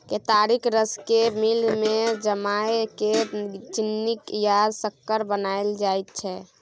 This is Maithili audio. केतारीक रस केँ मिल मे जमाए केँ चीन्नी या सक्कर बनाएल जाइ छै